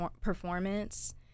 performance